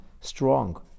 strong